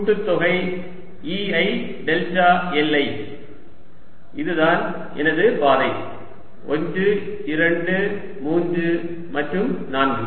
கூட்டுத்தொகை Ei delta li இதுதான் எனது பாதை 1 2 3 மற்றும் 4